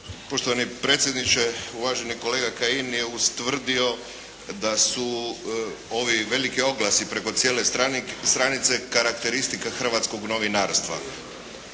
Poštovani predsjedniče, uvaženi kolega Kajin je ustvrdio da su ovi veliki oglasi preko cijele stranice karakteristika hrvatskog novinarstva.